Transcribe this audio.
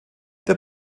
der